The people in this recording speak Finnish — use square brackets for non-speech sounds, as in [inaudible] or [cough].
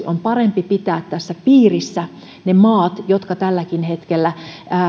[unintelligible] on parempi pitää tässä piirissä ne maat jotka tälläkin hetkellä menevät